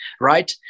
right